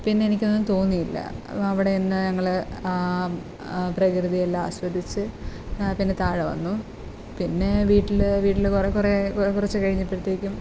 പിന്നെ എനിക്കൊന്നും തോന്നിയില്ല അവിടെ നിന്ന് ഞങ്ങൾ പ്രകൃതിയെല്ലാം ആസ്വദിച്ച് പിന്നെ താഴ വന്നു പിന്നെ വീട്ടിൽ വീട്ടിൽ കുറേ കുറേ കുറച്ച് കഴിഞ്ഞപ്പോഴത്തേക്കും